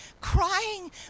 crying